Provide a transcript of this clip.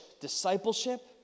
discipleship